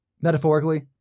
metaphorically